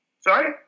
Sorry